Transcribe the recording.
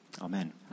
Amen